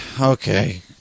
okay